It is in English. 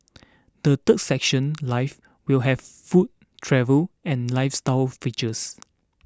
the third section life will have food travel and lifestyle features